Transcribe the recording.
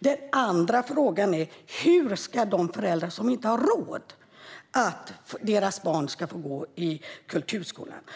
Den andra frågan är: Hur ska de föräldrar som inte har råd att låta barnen gå i kulturskolan göra?